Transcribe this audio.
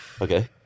okay